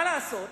מה לעשות